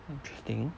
interesting